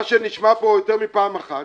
מה שנשמע כאן יותר מפעם אחת,